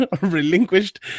Relinquished